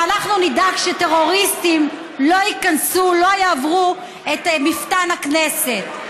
ואנחנו נדאג שטרוריסטים לא ייכנסו ולא יעברו את מפתן הכנסת.